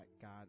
God